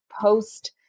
post